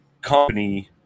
company